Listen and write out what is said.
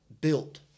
built